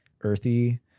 earthy